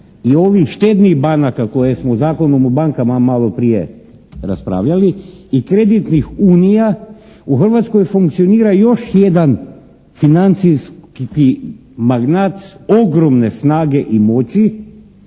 i ovih štednih banaka koje smo u Zakonu o bankama malo prije raspravljali i kreditnih unija u Hrvatskoj funkcionira još jedan financijski magnat ogromne snage i moći